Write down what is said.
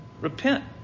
Repent